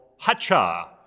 Hacha